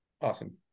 Awesome